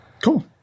Cool